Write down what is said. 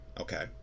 okay